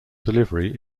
delivery